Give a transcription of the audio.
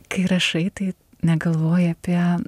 kai rašai tai negalvoji apie